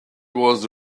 was